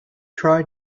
try